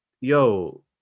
yo